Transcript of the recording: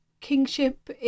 kingship